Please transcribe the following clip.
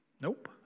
Nope